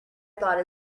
thought